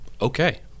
okay